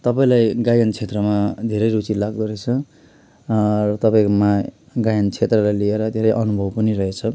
तपाईँलाई गायन क्षेत्रमा धेरै रुचि लाग्दोरहेछ तपाईँकोमा गायन क्षेत्रलाई लिएर धेरै अनुभव पनि रहेछ